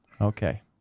okay